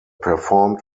performed